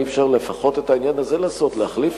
האם אי-אפשר לפחות את זה לנסות להחליף,